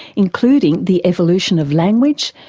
including the evolution of language,